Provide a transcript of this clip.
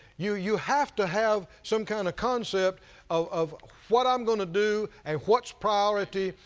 you you have to have some kind of concept of what i'm going to do, and what's priority,